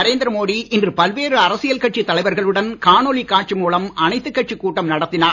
நரேந்திர மோடி இன்று பல்வேறு அரசியல் கட்சி தலைவர்களுடன் காணொளி காட்சி மூலம் அனைத்து கட்சி கூட்டம் நடத்தினார்